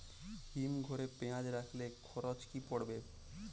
হিম ঘরে পেঁয়াজ রাখলে খরচ কি পড়বে?